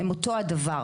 הם אותו הדבר.